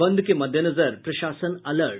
बंद के मद्देनजर प्रशासन अलर्ट